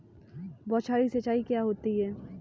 बौछारी सिंचाई क्या होती है?